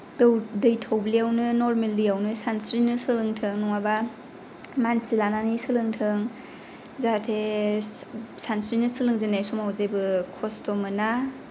दै थब्लिआवनो नरमेल दैआवनो सानस्रिनो सोलोंथों नङाबा मानसि लानानै सोलोंथों जाहाथे सानस्रिनो सोलोंजेननाय समाव जेबो खस्त' मोना